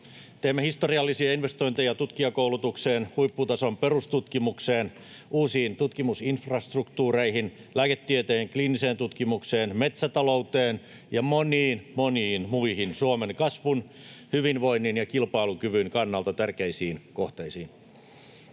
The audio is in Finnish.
Teemme historiallisia investointeja tutkijakoulutukseen, huipputason perustutkimukseen, uusiin tutkimusinfrastruktuureihin, lääketieteen kliiniseen tutkimukseen, metsätalouteen ja moniin, moniin muihin Suomen kasvun, hyvinvoinnin ja kilpailukyvyn kannalta tärkeisiin kohteisiin.